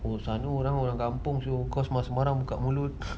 oh sana orang orang kampung [siol] kau sembarang-sembarang buka mulut